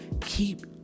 keep